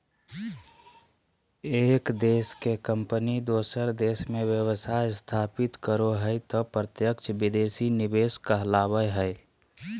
एक देश के कम्पनी दोसर देश मे व्यवसाय स्थापित करो हय तौ प्रत्यक्ष विदेशी निवेश कहलावय हय